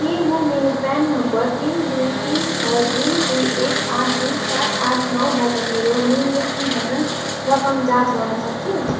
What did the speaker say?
के म मेरो प्यान नम्बर तिन दुई तिन छः दुई दुई एक आठ दुई सात आठ नौ बाट मेरो निवृत्तिभरण रकम जाँच गर्नसक्छु